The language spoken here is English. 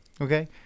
Okay